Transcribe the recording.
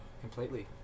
completely